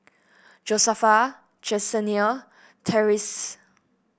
Josefa Jessenia Tyrese